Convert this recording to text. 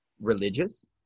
religious